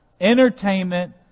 entertainment